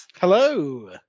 Hello